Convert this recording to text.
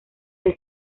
del